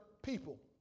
People